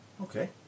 okay